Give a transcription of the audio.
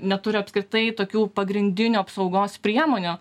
neturi apskritai tokių pagrindinių apsaugos priemonių